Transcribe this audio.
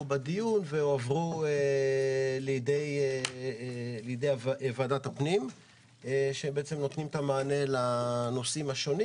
בדיון ועברו לידי ועדת הפנים שנותנות את המענה לנושאים השונים.